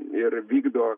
ir vykdo